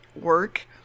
work